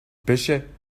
pêchait